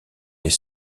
les